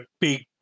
big